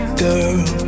girl